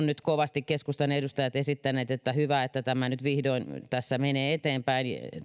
nyt kovasti esittäneet että hyvä että tämä sote uudistus nyt vihdoin menee eteenpäin